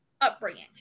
upbringing